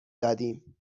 دادیم